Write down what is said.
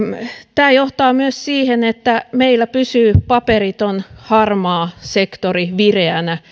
tämä johtaa myös siihen että meillä pysyy paperiton harmaa sektori vireänä